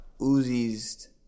Uzi's